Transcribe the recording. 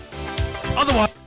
Otherwise